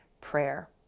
prayer